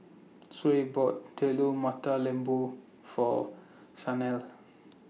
Suzy bought Telur Mata Lembu For Shanelle